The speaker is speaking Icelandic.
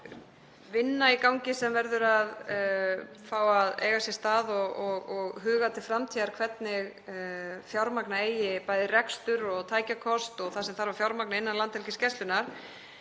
vinna í gangi sem verður að fá að eiga sér stað og huga að til framtíðar hvernig fjármagna eigi bæði rekstur og tækjakost og það sem þarf að fjármagna innan Landhelgisgæslunnar.